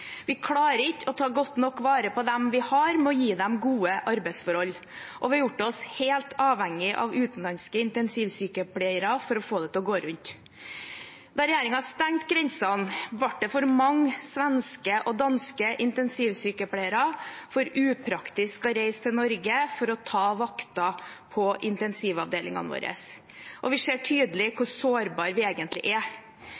Vi klarer ikke å ta godt nok vare på dem vi har, ved å gi dem gode arbeidsforhold, og vi har gjort oss helt avhengige av utenlandske intensivsykepleiere for å få det til å gå rundt. Da regjeringen stengte grensen, var det for mange svenske og danske intensivsykepleiere for upraktisk å reise til Norge for å ta vakter på intensivavdelingene våre. Vi ser tydelig